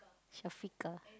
Shafiqah